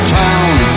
town